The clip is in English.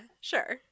sure